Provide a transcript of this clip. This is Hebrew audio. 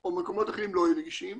או מקומות אחרים לא יהיו נגישים